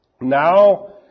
now